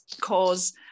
cause